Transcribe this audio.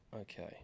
Okay